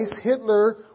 Hitler